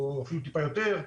ואפילו טיפה יותר.